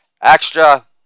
extra